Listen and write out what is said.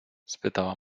spytała